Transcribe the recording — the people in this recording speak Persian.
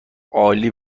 عالی